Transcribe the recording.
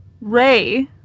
Ray